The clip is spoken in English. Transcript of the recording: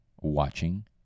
watching